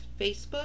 Facebook